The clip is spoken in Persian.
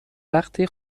وقتی